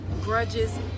grudges